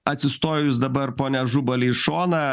atsistojus dabar pone ažubali į šoną